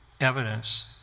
evidence